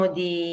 di